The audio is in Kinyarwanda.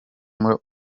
muri